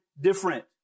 different